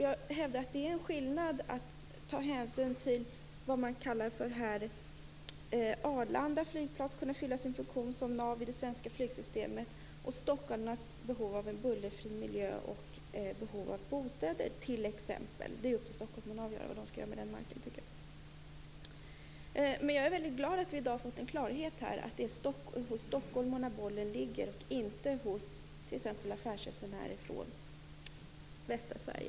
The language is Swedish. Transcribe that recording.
Jag hävdar att det är skillnad mellan att ta hänsyn till vad som sägs här, att Arlanda flygplats kunde fylla sin funktion som nav i det svenska flygsystemet, och stockholmarnas behov av en bullerfri miljö och av bostäder t.ex. Det är upp till stockholmarna själva att avgöra vad som skall göras med den marken, tycker jag. Jag är glad över att vi i dag har fått klarhet här, nämligen att det är hos stockholmarna som bollen ligger, inte hos t.ex. affärsresenärer från västra Sverige.